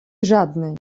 żadnej